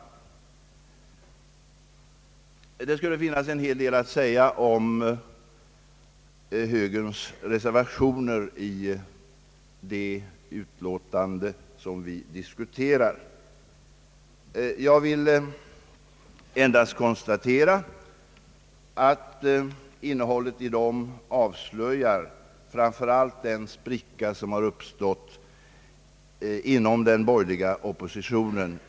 Det skulle finnas en hel del att säga om högerns reservationer till statsutskottets utlåtande. Jag vill endast konstatera att innehållet i dem framför allt avslöjar den spricka i försvarsfrågan som har uppstått inom den borgerliga oppositionen.